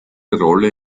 rolle